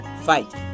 fight